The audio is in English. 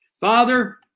father